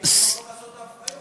מקום לעשות את ההפריות.